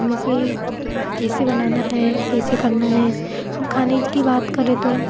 हम इसे कैसे बनाना है कैसे करना है हम खाने की बात करें तो